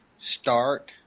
Start